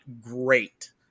great